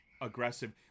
aggressive